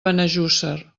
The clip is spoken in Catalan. benejússer